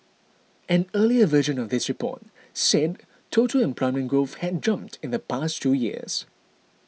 an earlier version of this report said total employment growth had jumped in the past two years